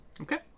okay